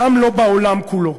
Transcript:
גם לא בעולם כולו.